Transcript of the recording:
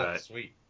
sweet